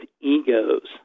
egos